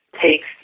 takes